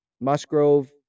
Musgrove